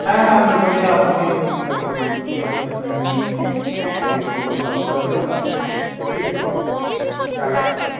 হ্যাঁ হ্যাঁ আমি ওখানেই আপনাকে পিক আপ করে নিচ্ছি ওখানেই আপনাকে নিয়ে নিচ্ছি ঘুরিয়ে দেব কোনো অসুবিধা হবে না হ্যাঁ ঠিক আছে দাদা যাচ্ছি আমি হ্যাঁ